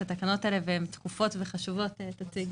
התקנות האלה והן דחופות וחשובות את תציגי.